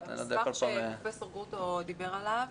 המסמך שפרופ' גרוטו דיבר עליו,